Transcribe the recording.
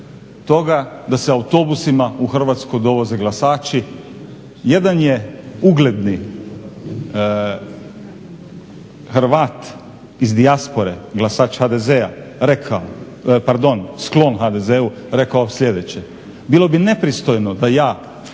toga da se autobusima u Hrvatsku dovoze glasači. Jedan je ugledni Hrvat iz dijaspore glasač HDZ-a rekao, pardon sklon HDZ-u rekao sljedeće: "Bilo bi nepristojno da ja